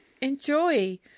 enjoy